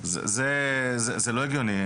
זה לא הגיוני.